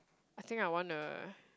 I think I want a